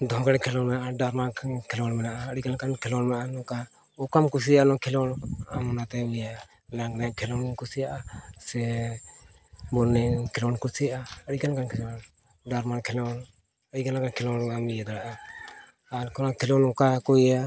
ᱫᱷᱚᱜᱮᱲ ᱮᱱᱮᱡ ᱠᱷᱮᱞᱳᱰ ᱢᱮᱱᱟᱜᱼᱟ ᱰᱟᱨᱢᱟ ᱠᱷᱮᱞᱳᱰ ᱢᱮᱱᱟᱜᱼᱟ ᱟᱹᱰᱤ ᱜᱟᱱ ᱞᱮᱠᱟᱱ ᱠᱷᱮᱞᱳᱰ ᱢᱮᱱᱟᱜᱼᱟ ᱱᱚᱝᱠᱟ ᱚᱠᱟᱢ ᱠᱩᱥᱤᱭᱟᱜᱼᱟ ᱚᱱᱟ ᱠᱷᱮᱞᱳᱰ ᱟᱢ ᱚᱱᱟᱛᱮᱢ ᱤᱭᱟᱹᱭᱟ ᱞᱟᱜᱽᱲᱮ ᱠᱷᱮᱞᱳᱰ ᱤᱧ ᱠᱩᱥᱤᱭᱟᱜᱼᱟ ᱥᱮ ᱵᱚᱞ ᱮᱱᱮᱡ ᱠᱷᱮᱞᱳᱰ ᱠᱩᱥᱤᱭᱟᱜᱼᱟ ᱟᱹᱰᱤ ᱜᱟᱱ ᱠᱷᱮᱞᱳᱰ ᱰᱟᱨᱢᱟ ᱠᱷᱮᱞᱳᱰ ᱟᱹᱰᱤ ᱜᱟᱱ ᱠᱷᱮᱞᱳᱰ ᱤᱭᱟᱹ ᱫᱟᱲᱮᱭᱟᱜᱼᱟ ᱟᱨ ᱠᱳᱱᱳ ᱠᱷᱮᱞᱳᱰ ᱱᱚᱝᱠᱟ ᱦᱚᱸ ᱠᱚ ᱤᱭᱟᱹᱭᱟ